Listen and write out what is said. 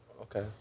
Okay